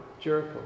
Jericho